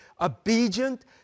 obedient